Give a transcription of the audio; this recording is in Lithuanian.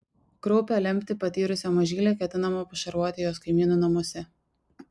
kraupią lemtį patyrusią mažylę ketinama pašarvoti jos kaimynų namuose